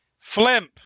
flimp